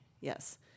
Yes